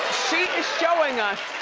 she is showing us,